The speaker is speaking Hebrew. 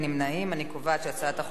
אני קובעת שהצעת החוק עברה,